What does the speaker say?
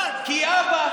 כי אבא,